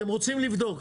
אתם רוצים לבדוק?